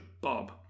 Bob